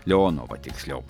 leonova tiksliau